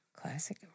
Classic